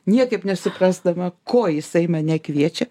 niekaip nesuprasdama ko jisai mane kviečia